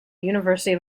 university